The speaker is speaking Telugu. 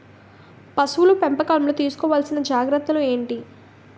పశువుల పెంపకంలో తీసుకోవల్సిన జాగ్రత్త లు ఏంటి?